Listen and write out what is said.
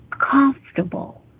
comfortable